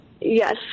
Yes